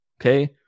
Okay